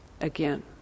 again